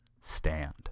stand